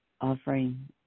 offering